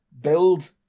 build